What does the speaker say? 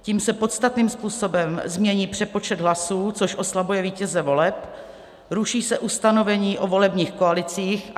Tím se podstatným způsobem změní přepočet hlasů, což oslabuje vítěze voleb, ruší se ustanovení o volebních koalicích.